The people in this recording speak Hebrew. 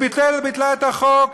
היא ביטלה את החוק.